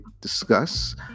discuss